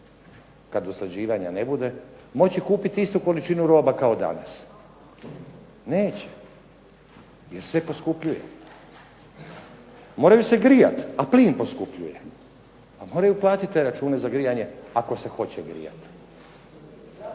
kad usklađivanja ne bude, moći kupit istu količinu roba kao danas? Neće, jer sve poskupljuje. Moraju se grijat, a plin poskupljuje. Pa moraju platit te račune za grijanje ako se hoće grijat.